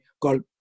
called